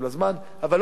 אבל לא בדרך הזאת.